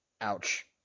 Ouch